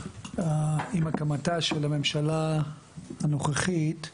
עם הקמתה של הממשלה הנוכחית,